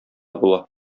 була